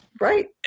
Right